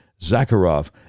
Zakharov